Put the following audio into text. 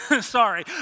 Sorry